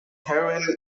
heroine